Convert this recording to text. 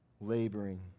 laboring